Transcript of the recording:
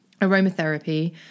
aromatherapy